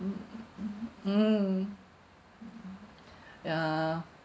mm mmhmm mm ya